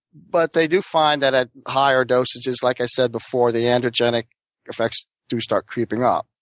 but they do find that at higher doses, like i said before, the androgenic effects do start creeping up.